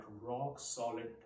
rock-solid